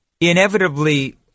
Inevitably